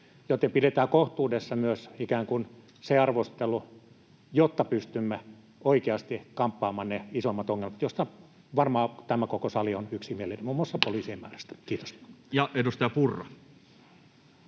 Eli pidetään kohtuudessa myös ikään kuin se arvostelu, jotta pystymme oikeasti kamppaamaan ne isoimmat ongelmat, joista varmaan tämä koko sali on yksimielinen, muun muassa poliisien määrästä. — Kiitos. [Speech 37]